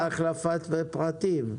אבל יש החלפת פרטים.